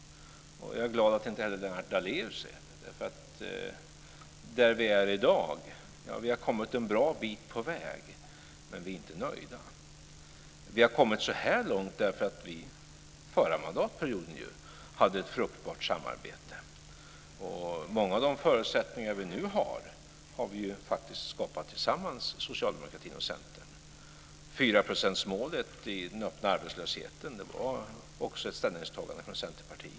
Jag är glad att inte heller Lennart Daléus är det. Där vi är i dag har vi kommit en bra bit på väg. Men vi är inte nöjda. Vi har kommit så här långt därför att vi förra mandatperioden hade ett fruktbart samarbete. Många av de förutsättningar vi nu har, har Socialdemokratin och Centern skapat tillsammans. Fyraprocentsmålet för den öppna arbetslösheten var också ett ställningstagande från Centerpartiet.